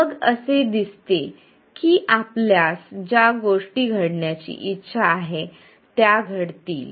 मग असे दिसते की आपल्यास ज्या गोष्टी घडण्याची इच्छा आहे त्या घडतील